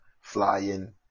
flying